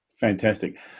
Fantastic